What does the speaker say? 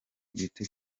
gito